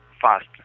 fast